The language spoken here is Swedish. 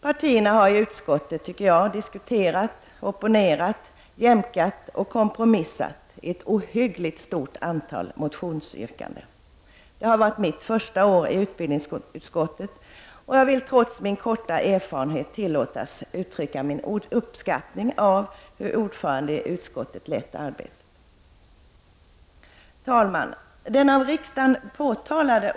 Partierna har i utskottet diskuterat och opponerat, jämkat och kompromissat om ett ohyggligt stort antal motionsyrkanden. Det har varit mitt första år i utbildningsutskottet, och jag tillåter mig, trots min korta erfarenhet, att uttrycka min uppskattning av hur ordföranden i utskottet lett arbetet. Herr talman!